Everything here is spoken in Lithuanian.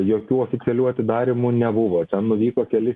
jokių oficialių atidarymų nebuvo ten nuvyko keli